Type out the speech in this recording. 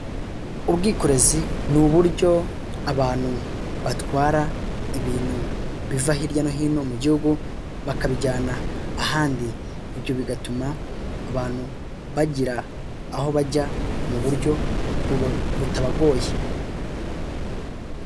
Ubwikorezi ni uburyo abantu batwara ibintu biva hirya no hino mu gihugu bakabijyana ahandi, ibyo bigatuma abantu bagira aho bajya mu buryo butabagoye.